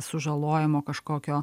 sužalojimo kažkokio